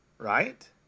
Right